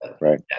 right